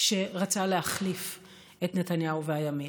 שרצה להחליף את נתניהו והימין.